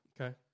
Okay